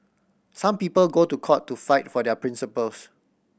some people go to court to fight for their principles